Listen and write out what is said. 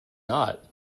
not